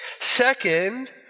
Second